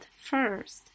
first